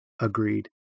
Agreed